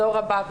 הדור הבא,